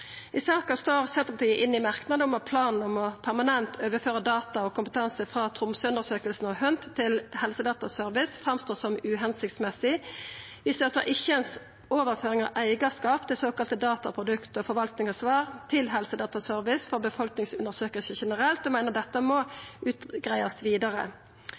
I saka står Senterpartiet inne i merknader om at ein plan om permanent å overføra data og kompetanse frå Tromsøundersøkelsen og HUNT til Helsedataservice framstår uskikka. Vi støttar ikkje ei overføring av eigarskap til såkalla dataprodukt og forvaltningsansvar til Helsedataservice for befolkningsundersøkingar generelt og meiner dette må greiast ut vidare.